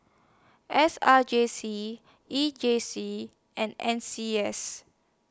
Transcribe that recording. S R J C E J C and N C S